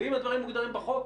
ואם הדברים מוגדרים בחוק,